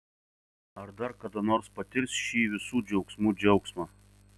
ar dar kada nors patirs šį visų džiaugsmų džiaugsmą